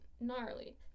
gnarly